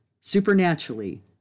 supernaturally